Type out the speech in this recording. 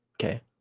Okay